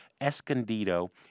Escondido